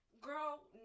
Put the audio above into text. Girl